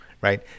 right